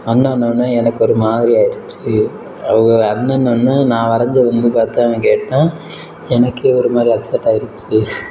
அண்ணன்னோன்னே எனக்கு ஒரு மாதிரி ஆகிடுச்சு அவக அண்ணன்னோன்னே நான் வரைஞ்சது வந்து பார்த்து அவன் கேட்டான் எனக்கே ஒரு மாதிரி அப்செட் ஆகிருச்சு